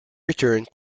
returned